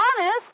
honest